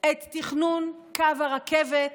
את תכנון קו הרכבת